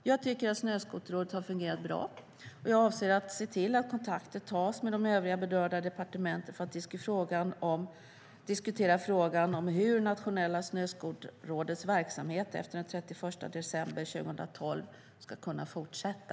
Jag tycker att Snöskoterrådet har fungerat bra, och jag avser att se till att kontakter tas med de övriga berörda departementen för att diskutera frågan om hur Nationella Snöskoterrådets verksamhet efter den 31 december 2012 ska kunna fortsätta.